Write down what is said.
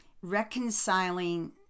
reconciling